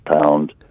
pound